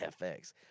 fx